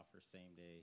same-day